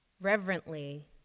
reverently